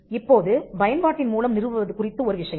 இப்போது பயன்பாட்டின் மூலம் நிறுவுவது குறித்து ஒரு விஷயம்